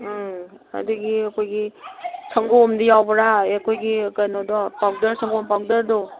ꯎꯝ ꯑꯗꯨꯒꯤ ꯑꯩꯈꯣꯏꯒꯤ ꯁꯪꯒꯣꯝꯗꯤ ꯌꯥꯎꯕ꯭ꯔꯥ ꯑꯩꯈꯣꯏꯒꯤ ꯀꯩꯅꯣꯗꯣ ꯄꯥꯎꯗꯔ ꯁꯪꯒꯣꯝ ꯄꯥꯎꯗꯔꯗꯣ